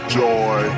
joy